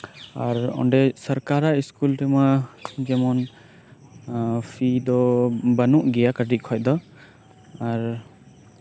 ᱟᱨ ᱚᱸᱰᱮ ᱥᱚᱨᱠᱟᱨᱟᱜ ᱥᱠᱩᱞ ᱨᱮᱢᱟ ᱡᱮᱢᱚᱱ ᱯᱷᱤ ᱫᱚ ᱵᱟᱹᱱᱩᱜ ᱜᱮᱭᱟ ᱠᱟᱹᱴᱤᱡ ᱠᱷᱚᱱ ᱫᱚ ᱟᱨ